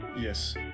Yes